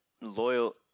loyal –